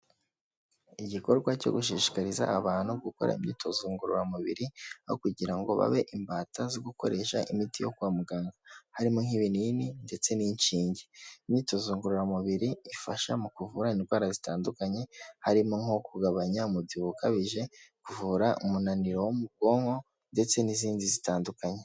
Igikorwa cyo gushishikariza abantu gukora imyitozo ngororamubiri, aho kugira ngo babe imbata zo gukoresha imiti yo kwa muganga. Harimo nk'ibinini ndetse n'inshinge. Imyitozo ngororamubiri ifasha mu kuvura indwara zitandukanye, harimo nko kugabanya umubyibuho ukabije, kuvura umunaniro wo mu bwonko ndetse n'izindi zitandukanye.